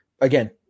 again